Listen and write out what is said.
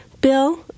Bill